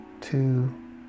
two